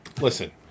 Listen